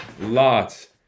lots